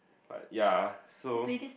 but ya so